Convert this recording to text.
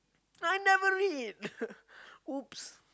I never read !oops!